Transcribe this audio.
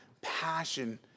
passion